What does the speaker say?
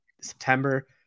September